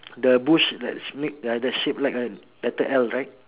the bush that make uh the shape like a letter L right